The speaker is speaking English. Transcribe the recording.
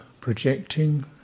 Projecting